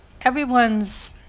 everyone's